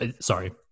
sorry